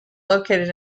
located